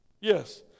Yes